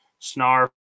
snarf